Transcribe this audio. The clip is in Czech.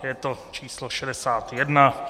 Je to číslo 61.